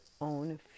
own